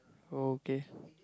okay